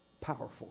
powerful